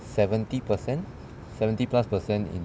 seventy per cent seventy plus per cent in